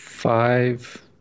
Five